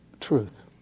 truth